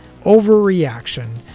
overreaction